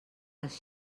les